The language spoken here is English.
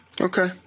Okay